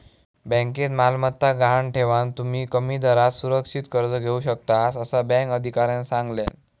बँकेत मालमत्ता गहाण ठेवान, तुम्ही कमी दरात सुरक्षित कर्ज घेऊ शकतास, असा बँक अधिकाऱ्यानं सांगल्यान